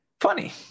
Funny